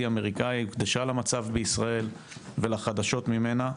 אמריקאי הוקדשה למצב בישראל ולחדשות ממנה.